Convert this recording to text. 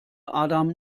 adam